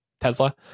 Tesla